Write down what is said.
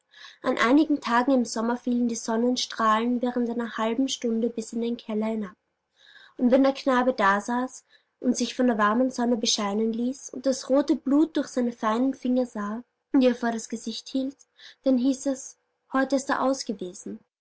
an einigen tagen im sommer fielen die sonnenstrahlen während einer halben stunde bis in den keller hinab und wenn der knabe dasaß und sich von der warmen sonne bescheinen ließ und das rote blut durch seine feinen finger sah die er vor das gesicht hielt dann hieß es heute ist er aus